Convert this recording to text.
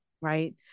right